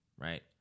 right